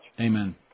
Amen